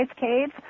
caves